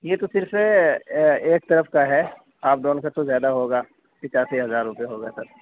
یہ تو صرف ایک طرف کا ہے آپ دونوں سے تو زیادہ ہوگا پچاسی ہزار روپیے ہوگا سر